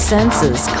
Senses